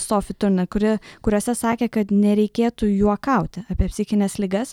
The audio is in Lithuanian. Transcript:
sofi turner kuri kuriuose sakė kad nereikėtų juokauti apie psichines ligas